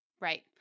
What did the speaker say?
Right